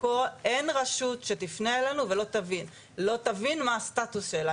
היא תבין מה הסטטוס שלה.